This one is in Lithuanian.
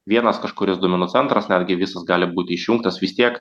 vienas kažkuris duomenų centras netgi visas gali būti išjungtas vis tiek